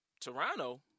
Toronto